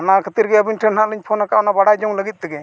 ᱚᱱᱟ ᱠᱷᱟᱛᱤᱨᱜᱮ ᱟᱵᱤᱱ ᱴᱷᱮᱱ ᱱᱟᱦᱟᱜ ᱞᱤᱧ ᱟᱠᱟᱫᱼᱟ ᱚᱱᱟ ᱵᱟᱰᱟᱭ ᱡᱚᱝ ᱞᱟᱹᱜᱤᱫ ᱛᱮᱜᱮ